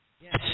Yes